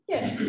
Yes